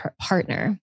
partner